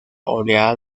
oleada